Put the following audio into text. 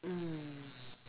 mm